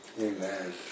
Amen